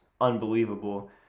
unbelievable